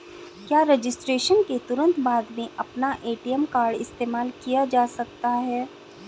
क्या रजिस्ट्रेशन के तुरंत बाद में अपना ए.टी.एम कार्ड इस्तेमाल किया जा सकता है?